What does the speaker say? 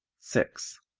six.